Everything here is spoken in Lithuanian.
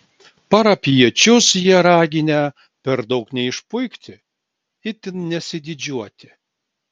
parapijiečius jie raginę per daug neišpuikti itin nesididžiuoti